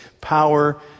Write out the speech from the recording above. power